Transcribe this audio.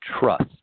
trust